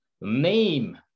name